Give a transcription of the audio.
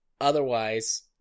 Otherwise